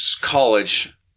college